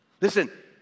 listen